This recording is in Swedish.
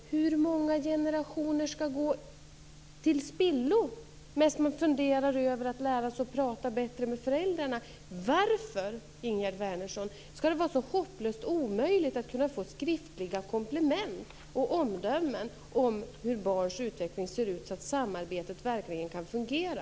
Hur många generationer skall gå till spillo medan man funderar över att lära sig prata bättre med föräldrarna? Varför, Ingegerd Wärnersson, skall det vara så hopplöst omöjligt att kunna få skriftliga komplement och omdömen om hur barns utveckling ser ut så att samarbetet verkligen kan fungera?